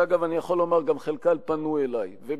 שאגב, אני יכול לומר, גם חלקם פנו אלי וביקשו,